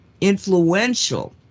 influential